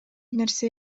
нерсе